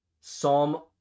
Psalm